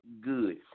good